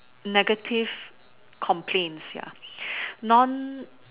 negative complains ya non